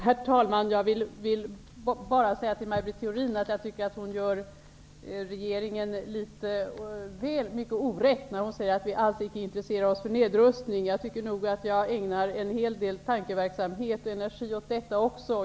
Herr talman! Jag vill bara säga till Maj Britt Theorin att jag tycker att hon gör regeringen litet väl mycket orätt när hon säger att vi alls icke intresserar oss för nedrustning. Jag ägnar en hel del tankeverksamhet och energi också åt detta.